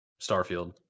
Starfield